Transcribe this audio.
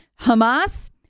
Hamas